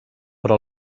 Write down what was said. però